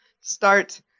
start